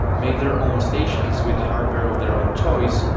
make their own stations with hardware of their own choice,